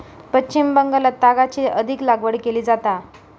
पश्चिम बंगालात तागाची अधिक लागवड केली जाता